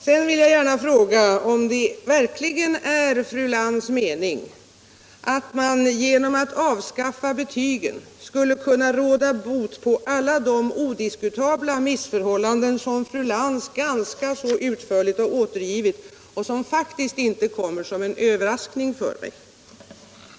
Sedan vill jag gärna fråga om det verkligen är fru Lantz mening att man genom att avskaffa betygen skulle kunna råda bot på alla de odiskutabla missförhållanden som fru Lantz ganska utförligt har återgivit och som faktiskt inte kommer som en överraskning för mig.